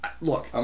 look